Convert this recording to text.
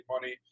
money